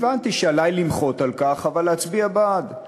הבנתי שעלי למחות על כך, אבל להצביע בעד.